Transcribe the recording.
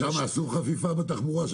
שם עשו חפיפה בתחבורה?